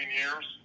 years